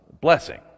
blessing